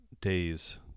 days